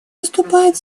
выступают